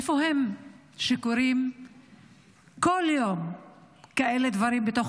איפה הם כשקורים כל יום כאלה דברים בתוך